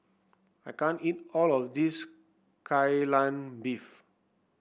I can't eat all of this Kai Lan Beef